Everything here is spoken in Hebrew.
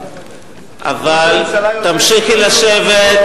אבל תמשיכי לשבת,